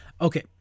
Okay